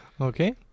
Okay